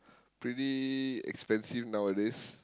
pretty expensive nowadays